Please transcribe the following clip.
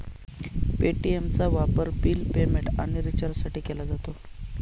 पे.टी.एमचा वापर bill payment आणि रिचार्जसाठी केला जातो